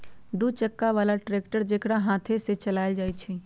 दू चक्का बला ट्रैक्टर जेकरा हाथे से चलायल जाइ छइ